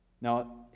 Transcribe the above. Now